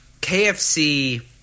KFC